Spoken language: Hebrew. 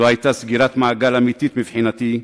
זו היתה סגירת מעגל אמיתית מבחינתי,